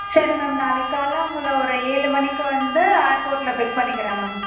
சரி மேம் நாளக்கு காலைல உங்களை ஒரு ஏழு மணிக்கு வந்து ஏர்போர்ட்டில் பிக் பண்ணிக்கிறன் மேம்